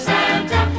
Santa